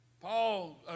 Paul